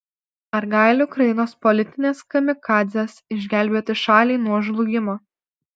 ar gali ukrainos politinės kamikadzės išgelbėti šalį nuo žlugimo